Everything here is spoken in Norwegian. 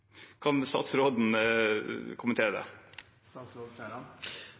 Kan statsråden kommentere det?